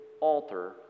alter